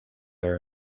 their